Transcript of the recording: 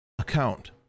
account